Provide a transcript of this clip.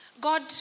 God